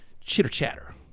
chitter-chatter